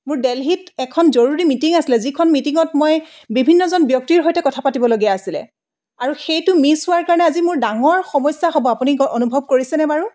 মোৰ দেলহিত এখন জৰুৰী মিটিং আছিলে যিখন মিটিঙত মই বিভিন্নজন ব্যক্তিৰ সৈতে কথা পাতিব লগীয়া আছিলে আৰু সেইটো মিছ হোৱাৰ কাৰণে আজি ডাঙৰ সমস্যা হ'ব আপুনি গ অনুভৱ কৰিছেনে বাৰু